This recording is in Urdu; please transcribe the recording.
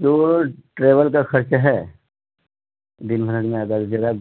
جو ٹریول کا خرچ ہے دن بھر میں اگر جگہ